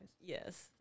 Yes